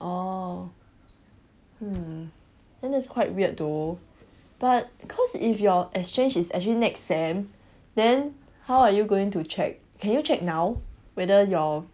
orh hmm then that's quite weird though but cause if your exchange is actually next sem then how are you going to check can you check now whether your